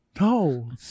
No